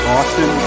Austin